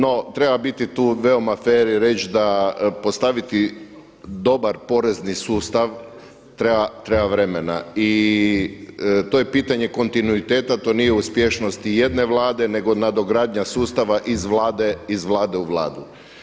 No treba tu biti veoma fer i reć da postaviti dobar porezni sustav treba vremena i to je pitanje kontinuiteta, to nije uspješnosti jedne vlade nego nadogradnja sustava iz vlade u vladu.